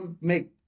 make